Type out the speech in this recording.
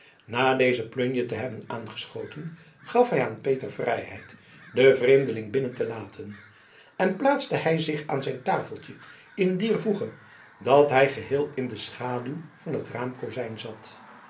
na deze plunje te hebben aangeschoten gaf hij aan peter vrijheid den vreemdeling binnen te laten en plaatste hij zich aan zijn tafeltje in dier voege dat hij geheel in de schaduw van het raamkozijn zat